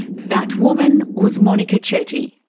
that woman was monika chetty.